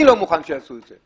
אני לא מוכן שיעשו את זה.